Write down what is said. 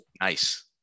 Nice